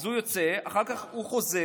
אז הוא יוצא, אחר כך הוא חוזר.